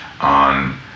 on